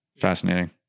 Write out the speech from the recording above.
fascinating